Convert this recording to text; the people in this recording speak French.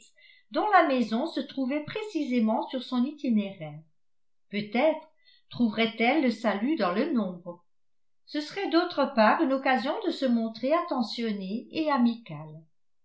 dont la maison se trouvait précisément sur son itinéraire peut-être trouverait-elle le salut dans le nombre ce serait d'autre part une occasion de se montrer attentionnée et amicale